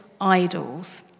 idols